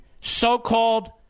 so-called